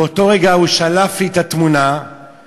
באותו רגע הוא שלף לי את התמונה שבה